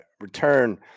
return